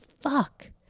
fuck